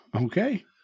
Okay